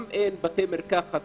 אין בתי מרקחת,